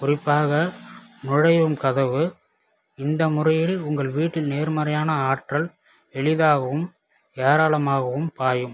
குறிப்பாக நுழையும் கதவு இந்த முறையில் உங்கள் வீட்டில் நேர்மறையான ஆற்றல் எளிதாகவும் ஏராளமாகவும் பாயும்